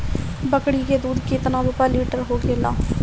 बकड़ी के दूध केतना रुपया लीटर होखेला?